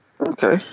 Okay